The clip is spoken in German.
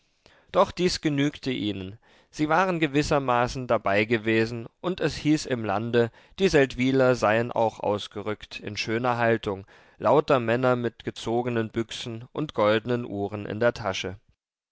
doch dies genügte ihnen sie waren gewissermaßen dabei gewesen und es hieß im lande die seldwyler seien auch ausgerückt in schöner haltung lauter männer mit gezogenen büchsen und goldenen uhren in der tasche